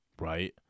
Right